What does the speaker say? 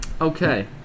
okay